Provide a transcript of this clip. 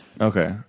Okay